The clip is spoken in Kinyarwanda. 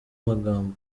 magambo